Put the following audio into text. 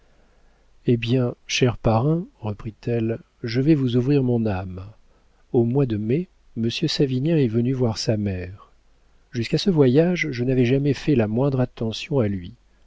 eh bien cher parrain reprit-elle je vais vous ouvrir mon âme au mois de mai monsieur savinien est venu voir sa mère jusqu'à ce voyage je n'avais jamais fait la moindre attention à lui